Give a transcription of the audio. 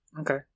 Okay